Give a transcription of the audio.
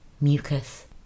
mucus